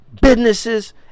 businesses